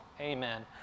Amen